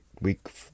week